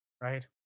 right